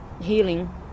healing